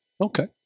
Okay